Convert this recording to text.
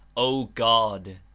o god,